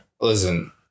Listen